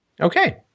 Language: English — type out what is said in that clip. okay